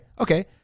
Okay